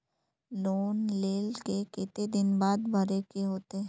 Loan लेल के केते दिन बाद भरे के होते?